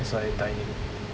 it's like dining